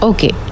Okay